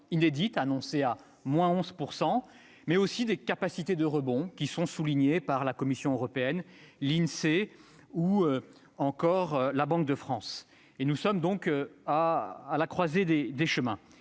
inédite, à moins 11 %, mais aussi des capacités de rebond, soulignées par la Commission européenne, l'Insee, ou encore la Banque de France. Nous sommes donc à la croisée des chemins.